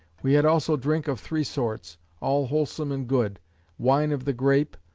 we had also drink of three sorts, all wholesome and good wine of the grape